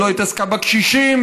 לא התעסקה בקשישים,